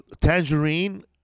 tangerine